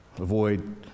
avoid